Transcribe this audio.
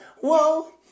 Whoa